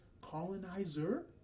colonizer